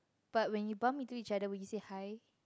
but when you bump into each other will you say hi